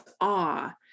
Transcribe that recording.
awe